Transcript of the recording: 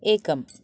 एकम्